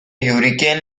hurricane